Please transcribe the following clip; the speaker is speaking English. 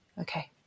okay